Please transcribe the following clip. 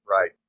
Right